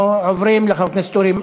אנחנו עוברים לחבר הכנסת אורי,